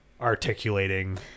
articulating